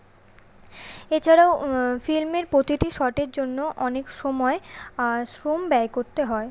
এছাড়াও ফিল্মের প্রতিটি শটের জন্য অনেক সময় শ্রম ব্যয় করতে হয়